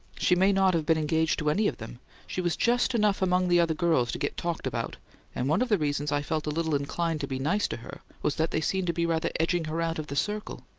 she may not have been engaged to any of them she was just enough among the other girls to get talked about and one of the reasons i felt a little inclined to be nice to her was that they seemed to be rather edging her out of the circle.